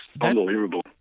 unbelievable